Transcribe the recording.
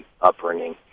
upbringing